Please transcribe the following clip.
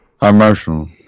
commercial